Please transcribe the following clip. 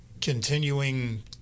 continuing